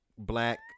Black